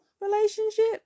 relationship